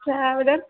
traveller